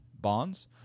bonds